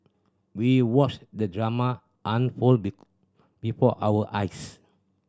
we watched the drama unfold be before our eyes